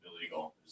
illegal